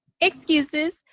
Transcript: excuses